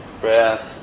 breath